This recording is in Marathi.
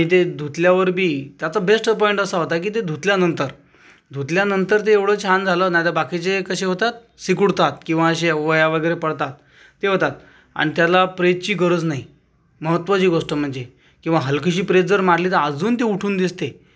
आणि ते धुतल्यावर बी त्याचा बेस्ट पॉईंट असा होता की ते धुतल्यानंतर धुतल्यानंतर ते एवढं छान झालं ना नाही तर बाकीचे कसे होतात सिकुडतात किंवा असे वळ्या वगैरे पडतात हे होतात आणि त्यांना प्रेसची गरज नाही महत्वाची गोष्ट म्हणजे किंवा हलकीशी प्रेस जर मारली तर अजून ते उठून दिसते